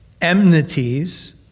enmities